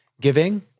giving